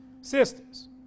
Sisters